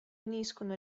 uniscono